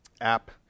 app